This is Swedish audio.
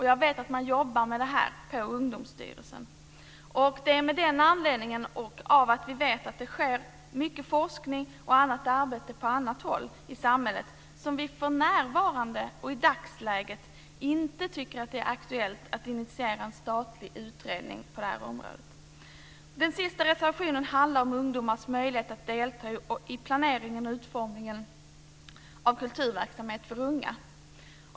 Jag vet att man jobbar med det här på Ungdomsstyrelsen. Det är av den anledningen, och med anledning av att vi vet att det sker mycket forskning och annat arbete på annat håll i samhället, som vi för närvarande, i dagsläget, inte tycker att det är aktuellt att initiera en statlig utredning på det här området. Den sista reservationen handlar om ungdomars möjlighet att delta i planeringen och utformningen av kulturverksamhet för unga.